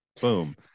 Boom